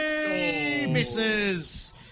Misses